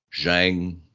Zhang